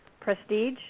Prestige